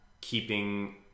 keeping